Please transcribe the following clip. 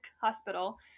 Hospital